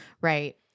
right